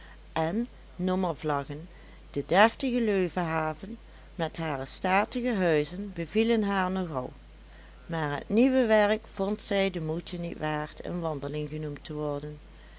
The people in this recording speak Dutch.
en nommervlaggen de deftige leuvehaven met hare statige huizen bevielen haar nogal maar het nieuwe werk vond zij de moeite niet waard een wandeling genoemd te worden